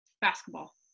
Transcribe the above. basketball